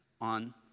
on